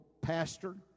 pastor